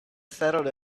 settled